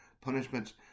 punishments